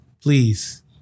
Please